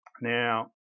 Now